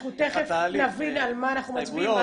אנחנו תיכף נבין על מה אנחנו מצביעים,